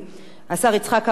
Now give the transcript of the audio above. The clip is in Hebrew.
השר יצחק אהרונוביץ,